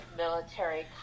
military